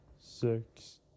six